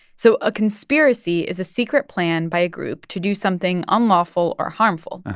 so a conspiracy is a secret plan by a group to do something unlawful or harmful.